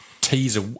teaser